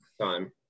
time